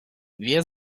wir